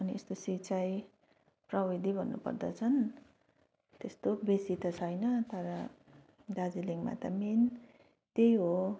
अनि यस्तो सिँचाइ प्रविधि भन्नु पर्दा चाहिँ त्यस्तो बेसी त छैन तर दार्जिलिङमा त मेन त्यही हो